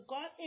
God